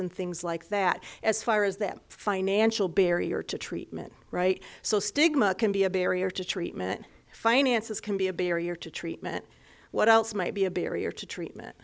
and things like that as far as them financial barrier to treatment right so stigma can be a barrier to treatment finances can be a barrier to treatment what else might be a barrier to treatment